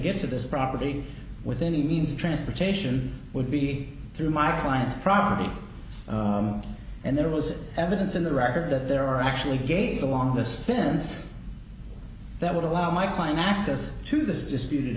get to this property with any means of transportation would be through my client's property and there was evidence in the record that there are actually gates along this fence that would allow my client access to this disputed